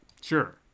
Sure